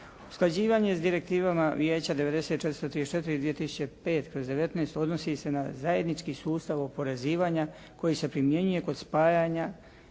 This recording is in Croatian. Usklađivanje sa Direktivama Vijeća 90/434 i 2005/19 odnosi se na zajednički sustav oporezivanja koji se primjenjuje kod spajanja